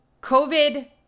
COVID